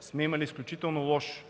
сме имали изключително лош